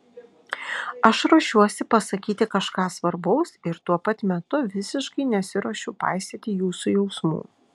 aš ruošiuosi pasakyti kažką svarbaus ir tuo pat metu visiškai nesiruošiu paisyti jūsų jausmų